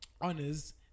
honors